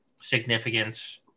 significance